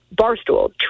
Barstool